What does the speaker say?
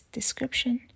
description